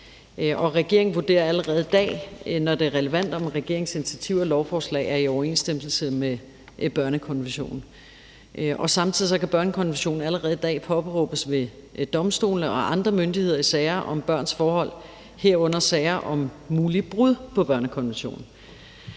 Regeringen vurderer allerede i dag, når det er relevant, om regeringens initiativer og lovforslag er i overensstemmelse med børnekonventionen. Samtidig kan børnekonventionen allerede i dag påberåbes ved domstolene og andre myndigheder i sager om børns forhold, herunder sager om mulige brud på børnekonventionen.